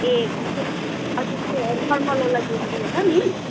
ए हजुर त्यो नर्मलवाला जुन उयो छ नि